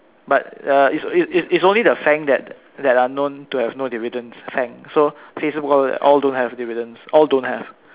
but uh it's it's it's only the Faang that that are known to have no dividends Faang so Facebook all that all don't have dividends all don't have